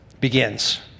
begins